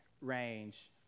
range